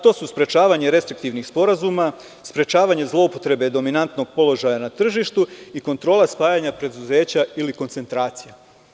To su sprečavanje restriktivnih sporazuma, sprečavanje zloupotrebe dominantnog položaja na tržištu i kontrola spajanja preduzeća ili koncentracija.